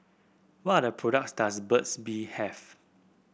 what products does Burt's Bee have